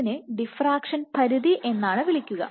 ഇതിനെ ഡിഫ്രാക്ഷൻ പരിധി എന്നാണ് വിളിക്കുക